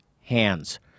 hands